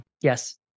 Yes